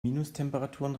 minustemperaturen